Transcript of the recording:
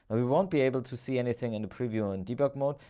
we won't be able to see anything in the preview and debug mode.